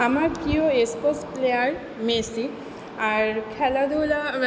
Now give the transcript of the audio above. আমার প্রিয় player Messi আর খেলাধুলা